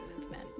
movement